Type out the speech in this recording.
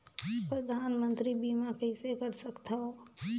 परधानमंतरी बीमा कइसे कर सकथव?